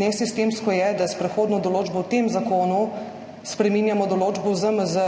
Nesistemsko je, da s prehodno določbo v tem zakonu spreminjamo določbo v ZMZ,